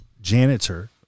janitor